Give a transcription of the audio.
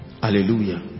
hallelujah